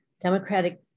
Democratic